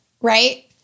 right